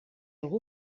algú